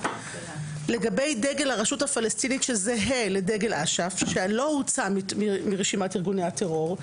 לגבי דגל הרשות הפלסטינית שזהה לדגל אש"ף שלא הוצא מרשימת ארגוני הטרור,